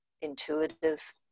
intuitive